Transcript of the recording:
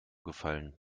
gefallen